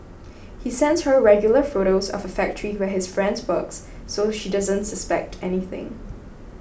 he sends her regular photos of a factory where his friend works so she doesn't suspect anything